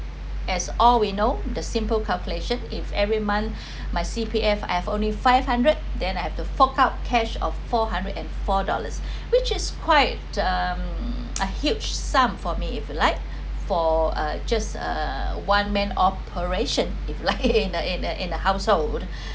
as all we know the simple calculation if every month my C_P_F I’ve only five hundred then I have to fork out cash of four hundred and four dollars which is quite um a huge sum for me if you like for a just a one man operation if like in the in the in the household